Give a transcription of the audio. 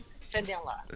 vanilla